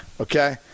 okay